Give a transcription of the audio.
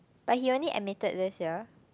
but he only admitted this year